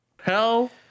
Hell